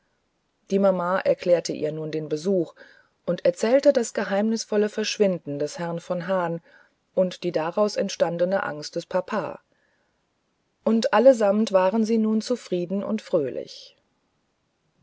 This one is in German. die mama erklärte ihr nun den besuch und erzählte das geheimnisvolle verschwinden des herrn von hahn und die daraus entstandene neue angst des papa und allesamt waren sie nun zufrieden und fröhlich